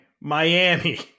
Miami